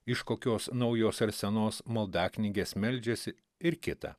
iš kokios naujos ar senos maldaknygės meldžiasi ir kita